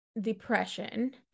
depression